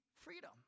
freedom